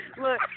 Look